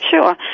Sure